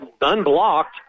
unblocked